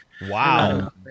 wow